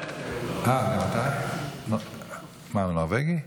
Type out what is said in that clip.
מה, הוא נורבגי?